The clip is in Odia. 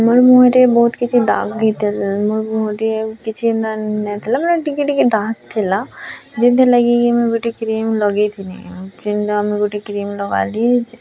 ମୋର୍ ମୁହଁରେ ବହୁତ୍ କିଛି ଦାଗ୍ ହେଇଥିଲା ମୋର୍ ମୁହଁରେ କିଛି ନାଇଁଥିଲା ମାନେ ଟିକେ ଟିକେ ଦାଗ୍ ଥିଲା ଯେନ୍ତିର୍ ଲାଗିକି ମୁଇଁ ଗୋଟେ କ୍ରିମ୍ ଲଗେଇଥିନି ଯେନ୍ତି ଗୋଟେ କ୍ରିମ୍ ଲଗାଲି